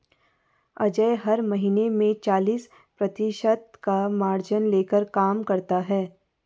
अजय हर महीने में चालीस प्रतिशत का मार्जिन लेकर काम करता है